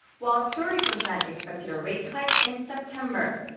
while thirty percent expected a rate hike in september.